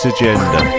Agenda